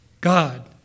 God